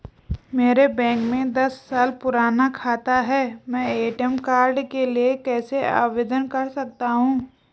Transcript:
मेरा बैंक में दस साल पुराना खाता है मैं ए.टी.एम कार्ड के लिए कैसे आवेदन कर सकता हूँ?